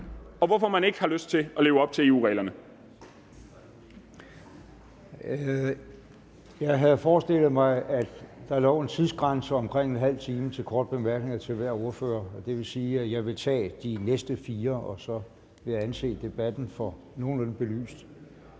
og hvorfor man ikke har lyst til at leve op til EU-reglerne. Kl. 10:20 Formanden: Jeg havde forestillet mig, at der lå en tidsgrænse på omkring ½ time til korte bemærkninger til hver ordfører, og det vil sige, at jeg vil tage de næste fire, og så vil jeg anse sagen som nogenlunde belyst.